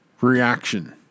reaction